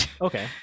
Okay